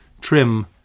trim